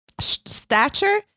stature